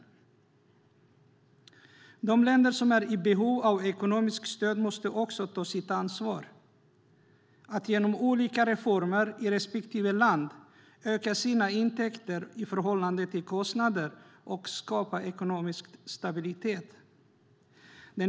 Också de länder som är i behov av ekonomiskt stöd måste ta ansvar och genom olika reformer i respektive land öka sina intäkter i förhållande till kostnader och skapa ekonomisk stabilitet.